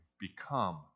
become